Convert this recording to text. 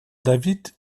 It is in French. david